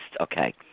Okay